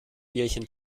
bierchen